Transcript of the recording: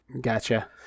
Gotcha